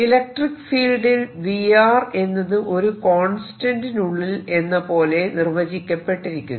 electric ഫീൽഡിൽ V എന്നത് ഒരു കോൺസ്റ്റന്റിനുള്ളിൽ എന്ന പോലെ നിർവചിക്കപ്പെട്ടിരിക്കുന്നു